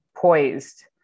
poised